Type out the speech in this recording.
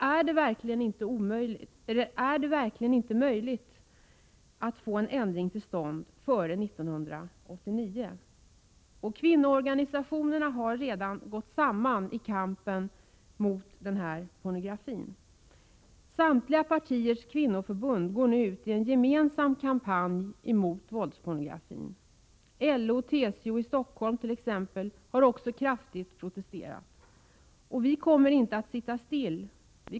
Är det verkligen inte möjligt att få en ändring till stånd före 1989? Kvinnoorganisationerna har redan gått samman i kampen mot denna typ av pornografi. Samtliga partiers kvinnoförbund går nu ut i en gemensam kampanj mot våldspornografin — LO och TCO i Stockholm t.ex. har protesterat kraftigt. Vi kommer inte att sitta still.